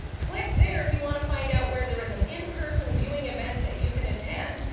click there if you wanna find out where there is an in person viewing event that you can attend.